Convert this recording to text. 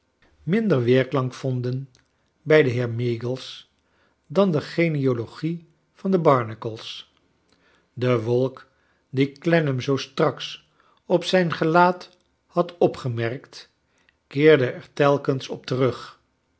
minder weerklank vonden bij den heer meagles dan de genealogie van de barnacles de wolk die clennam zoo straks op zijn gelaat had opgemerkt keerde er telkens op terug